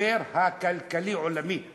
המשבר הכלכלי העולמי.